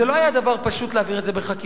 זה לא היה דבר פשוט להעביר את זה בחקיקה,